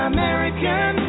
American